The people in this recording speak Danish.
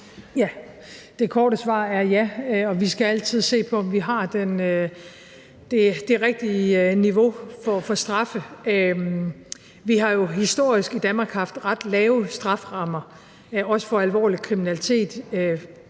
Ja. Det korte svar er ja. Vi skal altid se på, om vi har det rigtige niveau for straffe. Vi har jo historisk i Danmark haft ret lave strafferammer, også for alvorlig kriminalitet,